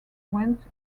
went